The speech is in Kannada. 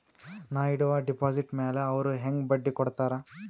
ನಾ ಇಡುವ ಡೆಪಾಜಿಟ್ ಮ್ಯಾಲ ಅವ್ರು ಹೆಂಗ ಬಡ್ಡಿ ಕೊಡುತ್ತಾರ?